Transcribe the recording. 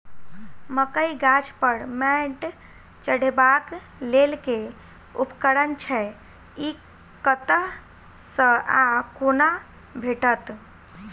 मकई गाछ पर मैंट चढ़ेबाक लेल केँ उपकरण छै? ई कतह सऽ आ कोना भेटत?